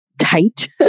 tight